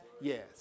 yes